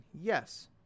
yes